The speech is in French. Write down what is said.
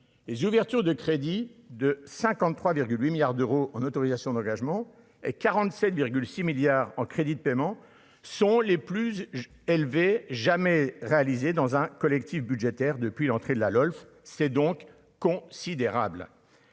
les ouvertures de crédit de 53 8 milliards d'euros en autorisations d'engagement et 47 6 milliards en crédits de paiement sont les plus élevés jamais réalisée dans un collectif budgétaire depuis l'entrée de la LOLF c'est donc considérable,